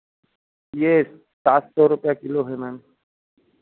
ये सात सौ रुपैया किलो है मैम